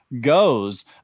goes